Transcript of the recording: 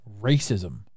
racism